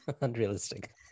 unrealistic